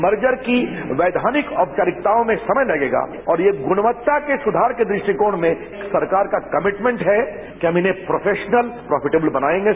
merger की वैधानिक औपचारिकताओं में समय लगेगा और ये गुणवत्ता के सुधार की दृष्टिकोण में सरकार का कमिटमेंट है कि हम इन्हें प्रोफेशनल प्रोफिटेबल बनाएगे